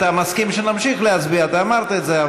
אתה מסכים שנמשיך להצביע ואמרת את זה,